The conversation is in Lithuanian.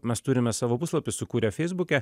mes turime savo puslapį sukūrę feisbuke